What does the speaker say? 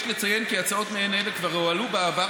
יש לציין כי הצעות מעין אלה כבר הועלו בעבר